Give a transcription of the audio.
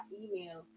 email